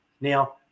Now